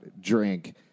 drink